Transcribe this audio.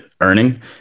Earning